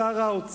למה שר האוצר,